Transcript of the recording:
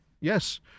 Yes